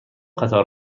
قطار